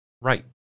right